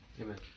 Amen